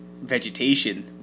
vegetation